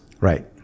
Right